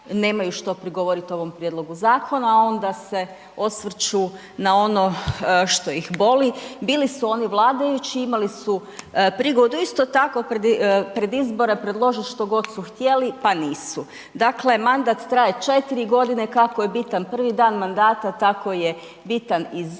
nemaju što prigovoriti ovom prijedlogu zakona, onda se osvrću na ono što ih boli. Bili su oni vladajući, imali su prigodu isto tako pred izbore predložiti što god su htjeli pa nisu. Dakle, mandat traje 4 godine, kako je bitan prvi dan mandata, tako je bitan i zadnji